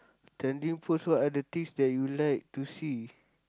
trending posts what are the things that you like to see